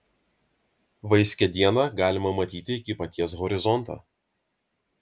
vaiskią dieną galima matyti iki paties horizonto